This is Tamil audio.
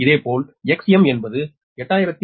இதேபோல் Xm என்பது 8013